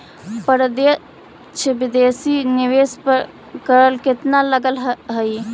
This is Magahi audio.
प्रत्यक्ष विदेशी निवेश पर कर केतना लगऽ हइ?